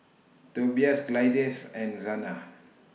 Tobias Gladyce and Zana